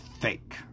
fake